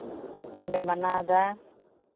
ᱞᱮ ᱢᱟᱱᱟᱣᱫᱟ